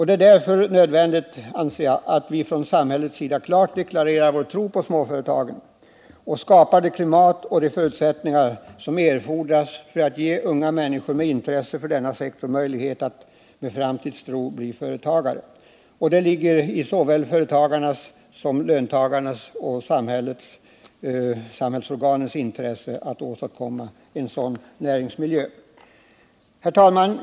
Det är därför nödvändigt att vi från samhällets sida klart deklarerar vår tro på småföretagen och skapar det klimat och de förutsättningar som erfordras för att ge unga människor med intresse för denna sektor möjlighet att med framtidstro bli företagare. Det ligger i såväl företagens som löntagarnas och samhällets intresse att åstadkomma en sådan näringsmiljö. Herr talman!